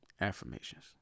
affirmations